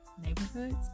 neighborhoods